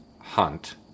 hunt